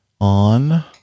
on